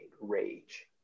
rage